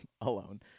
Alone